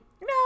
no